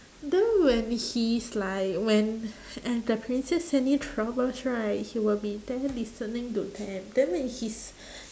then when he's like when and the princess any troubles right he will be there listening to them then when he's